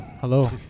Hello